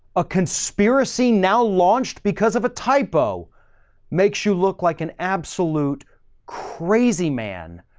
a conspiracy now launched because of a typo makes you look like an absolute crazy man.